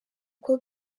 uko